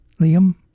Liam